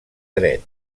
dret